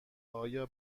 آیا